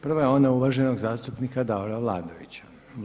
Prva je ona uvaženog zastupnika Davora Vlaovića.